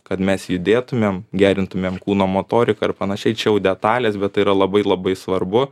kad mes judėtumėm gerintumėm kūno motoriką ir panašiai tačiau detalės bet yra labai labai svarbu